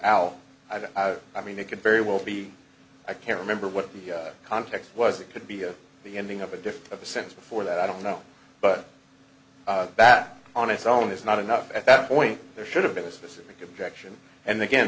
don't i mean it could very well be i can't remember what the context was it could be a the ending of a difference of a sense before that i don't know but bat on its own is not enough at that point there should have been a specific objection and again